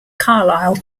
carlyle